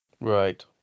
Right